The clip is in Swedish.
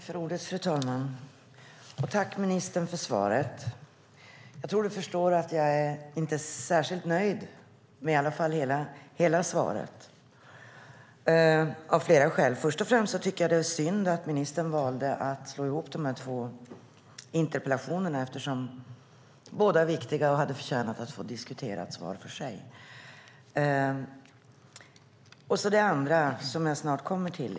Fru talman! Jag tackar ministern för svaret. Jag tror att Anna-Karin Hatt förstår att jag av flera skäl inte är särskilt nöjd, i alla fall inte med hela svaret. Först och främst tycker jag att det är synd att ministern valde att slå ihop dessa två interpellationer eftersom båda är viktiga och hade förtjänat att få diskuteras var och en för sig.